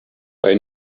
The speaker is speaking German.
bei